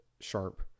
sharp